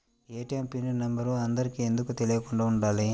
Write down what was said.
ATM pin number అందరికి ఎందుకు తెలియకుండా ఉండాలి?